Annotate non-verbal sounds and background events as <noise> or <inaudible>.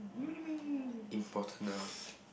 mini me <noise>